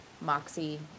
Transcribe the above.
moxie